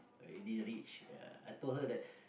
already reach ya I told her that